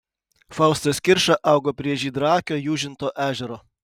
faustas kirša augo prie žydraakio jūžinto ežero